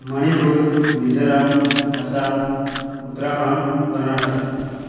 Manipur Mizoram Assam Uttarakhand Karnataka